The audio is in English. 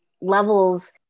levels